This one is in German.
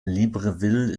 libreville